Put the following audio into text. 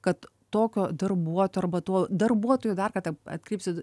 kad tokio darbuotojo arba tuo darbuotoju dar kartą atkreipsiu